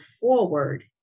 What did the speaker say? forward